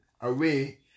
away